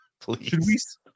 please